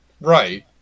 Right